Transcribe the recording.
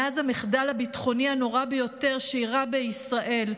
מאז המחדל הביטחוני הנורא ביותר שאירע בישראל,